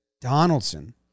Donaldson